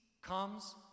comes